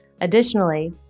Additionally